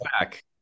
back